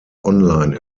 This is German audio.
online